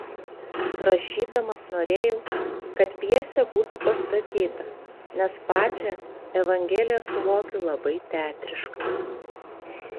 rašydamas norėjau kad pjesė būtų pastatyta nes pačią evangeliją suvokiu labai teatriškai